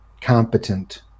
Competent